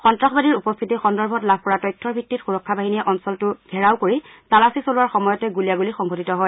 সন্তাসবাদীৰ উপস্থিতি সন্দৰ্ভত লাভ কৰা তথ্যৰ ভিত্তিত সুৰক্ষা বাহিনীয়ে অঞ্চলটো ঘেৰাও কৰি তালাচী চলোৱাৰ সময়তে গুলীয়াগুলী সংঘটিত হয়